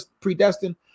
predestined